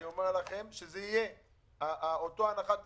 אני אומר לכם שזה יהיה, אותה הנחה תהיה.